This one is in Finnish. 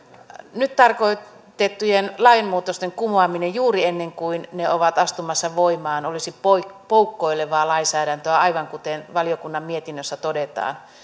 nyt tarkoitettujen lainmuutosten kumoaminen juuri ennen kuin ne ovat astumassa voimaan olisi poukkoilevaa lainsäädäntöä aivan kuten valiokunnan mietinnössä todetaan